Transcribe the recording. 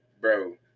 Bro